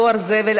דואר זבל),